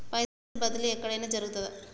పైసల బదిలీ ఎక్కడయిన జరుగుతదా?